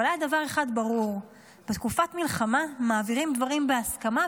אבל היה דבר אחד ברור: בתקופת מלחמה מעבירים דברים בהסכמה,